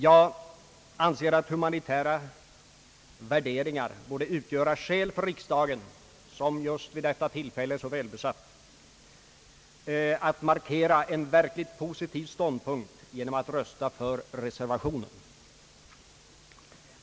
Jag anser att humanitära värderingar borde utgöra skäl för riksdagen, som just vid detta tillfälle är så välbesatt, att markera en verkligt positiv ståndpunkt genom att rösta för reservationen.